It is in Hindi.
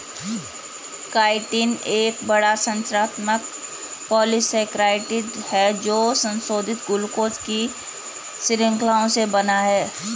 काइटिन एक बड़ा, संरचनात्मक पॉलीसेकेराइड है जो संशोधित ग्लूकोज की श्रृंखलाओं से बना है